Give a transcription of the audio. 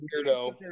weirdo